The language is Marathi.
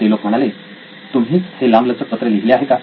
ते लोक म्हणाले तुम्हीच हे लांबलचक पत्र लिहिले आहे का